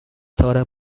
total